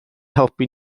helpu